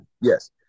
Yes